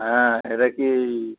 হ্যাঁ এটা কি